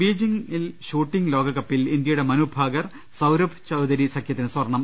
ബീജിങ്ങിൽ shooting ലോകകപ്പിൽ ഇന്ത്യയുടെ മനുഭാകർ സൌരഭ് ചൌധരി സഖ്യത്തിന് സ്വർണം